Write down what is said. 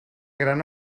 gran